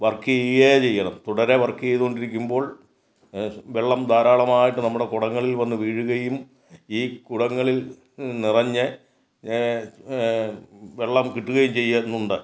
work ചെയ്യുകയേ ചെയ്യണം തുടരെ വർക്ക് ചെയ്തു കൊണ്ടിരിക്കുമ്പോൾ വെള്ളം ധാരാളമായിട്ട് നമ്മുടെ കുടങ്ങളിൽ വന്ന് വീഴുകയും ഈ കുടങ്ങളിൽ നിറഞ്ഞ് വെള്ളം കിട്ടുകയും ചെയ്യുന്നുണ്ട്